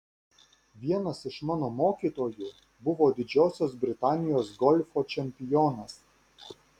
vienas iš mano mokytojų buvo didžiosios britanijos golfo čempionas